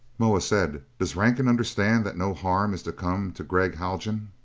moa said, does rankin understand that no harm is to come to gregg haljan?